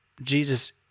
Jesus